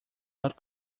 not